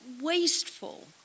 wasteful